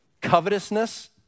covetousness